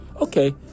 Okay